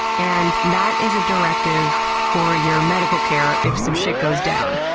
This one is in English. and that is a directive for your medical care if some shit goes down.